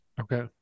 okay